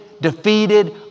defeated